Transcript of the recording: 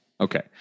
Okay